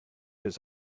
his